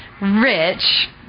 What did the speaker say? rich